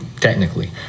technically